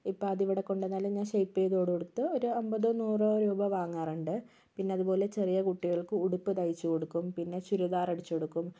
ഇപ്പോൾ അതിവിടെ കൊണ്ട് വന്നാൽ ഞാൻ ഷെയ്പ്പ് ചെയ്തു കൊടുത്ത് ഒരു അൻപതോ നൂറോ രൂപ വാങ്ങാറുണ്ട് പിന്നെ അതുപോലെ ചെറിയ കുട്ടികൾക്ക് ഉടുപ്പ് തയ്ച്ചു കൊടുക്കും പിന്നെ ചുരിദാർ അടിച്ചുകൊടുക്കും